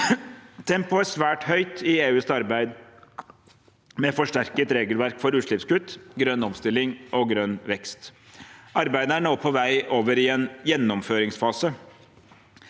Tempoet er svært høyt i EUs arbeid med forsterket regelverk for utslippskutt, grønn omstilling og grønn vekst. Arbeidet er nå på vei over i en gjennomføringsfase.